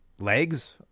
legs